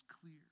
clear